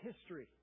history